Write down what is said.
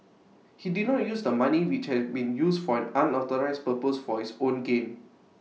he did not use the money which had been used for an unauthorised purpose for his own gain